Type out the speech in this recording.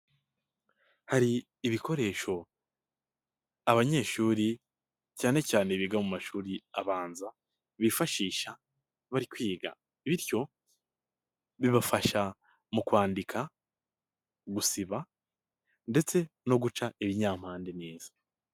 Hari ibikoresho abanyeshuri cyane cyane biga mu mashuri abanza bifashisha bari kwiga. Bityo bibafasha mu kwandika, gusiba ndetse no guca ibinyampande neza.